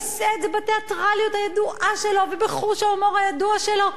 הוא עושה את זה בתיאטרליות הידועה שלו ובחוש ההומור הידוע שלו.